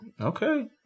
Okay